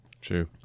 True